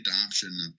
adoption